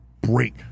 Break